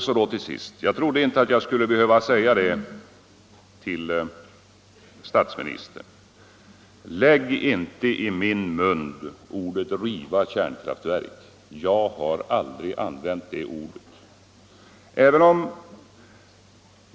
Så till sist — jag trodde inte att jag skulle behöva säga det till statsministern — lägg inte i min mun orden: Riv kärnkraftverken! Jag har aldrig använt de orden.